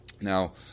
Now